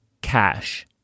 cash